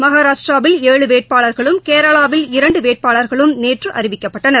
மகாராஷ்ட்ராவில் ஏழு வேட்பாளர்களும் கேரளாவில இரண்டுவேட்பாளர்களும் நேற்றுஅறிவிக்க்ப்பட்டனர்